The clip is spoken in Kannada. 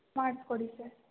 ಮಾಡಿಸಿಕೊಡಿ ಸರ್